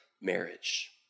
marriage